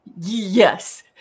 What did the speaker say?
Yes